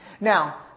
Now